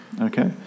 okay